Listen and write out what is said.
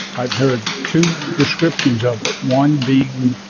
i've heard two descriptions of it, one being